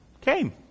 came